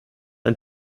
ein